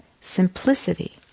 simplicity